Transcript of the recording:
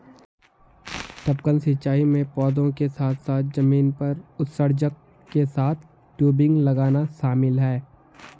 टपकन सिंचाई में पौधों के साथ साथ जमीन पर उत्सर्जक के साथ टयूबिंग लगाना शामिल है